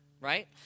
right